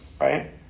right